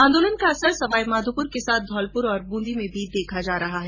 आंदोलन का असर सवाई माधोपुर के साथ धौलपुर और बृंदी में भी देखा जा रहा है